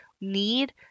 need